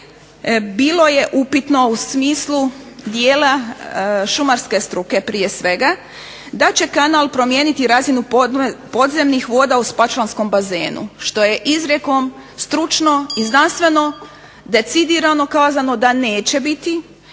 bilo je upitno u smislu dijela šumarske struke prije svega da će kanal promijeniti razinu podzemnih voda u Spačvanskom bazenu što je izrijekom stručno i znanstveno decidirano kazano da neće biti,